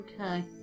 Okay